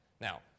Now